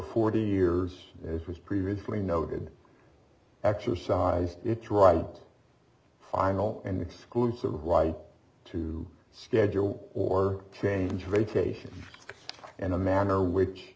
forty years as was previously noted exercised its right final and exclusive right to schedule or change radiation and a manner which